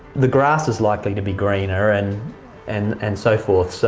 the grass is likely to be greener and and and so forth, so